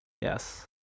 Yes